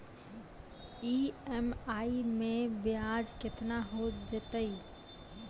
EMI मैं ब्याज केतना हो जयतै?